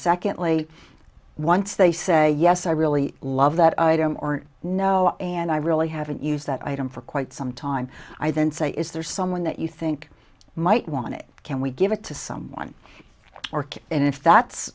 secondly once they say yes i really love that item or no and i really haven't used that item for quite some time i then say is there someone that you think might want it can we give it to someone or can and if that's